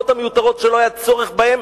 שלא היה צורך בהן